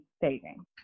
saving